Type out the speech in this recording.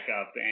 up